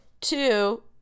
Two